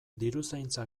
diruzaintza